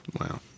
Wow